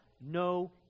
no